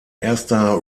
erster